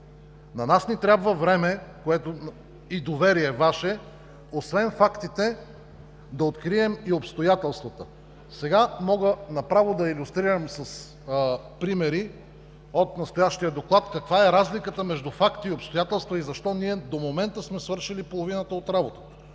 На нас ни трябва време и Вашето доверие, освен фактите, да открием и обстоятелствата. Сега мога направо да илюстрирам с примери от настоящия доклад каква е разликата между факти и обстоятелства и защо ние до момента сме свършили половината от работата.